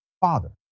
father